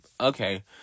Okay